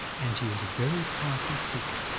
and he was a very powerful speaker.